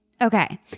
Okay